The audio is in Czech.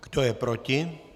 Kdo je proti?